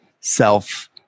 self